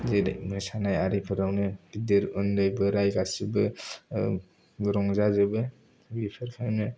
जेरै मोसानाय आरिफोरावनो गिदिर उन्दै बोराय गासिबो रंजा जोबो बेफोरनो